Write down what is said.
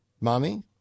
mommy